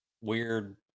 weird